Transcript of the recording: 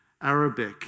Arabic